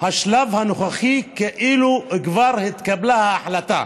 השלב הנוכחי כאילו כבר התקבלה ההחלטה